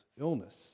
illness